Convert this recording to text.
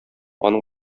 аның